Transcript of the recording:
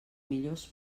millors